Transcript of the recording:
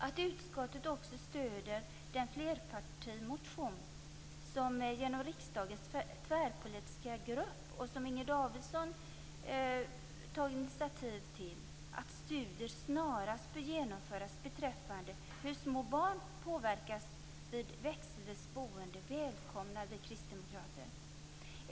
Att utskottet stöder den flerpartimotion som har sin grund i riksdagens tvärpolitiska barngrupp och som Inger Davidson tagit initiativ till om att studier snarast bör genomföras beträffande hur små barn påverkas vid växelvis boende välkomnar vi kristdemokrater.